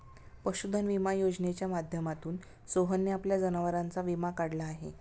पशुधन विमा योजनेच्या माध्यमातून सोहनने आपल्या जनावरांचा विमा काढलेला आहे